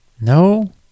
No